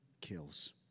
kills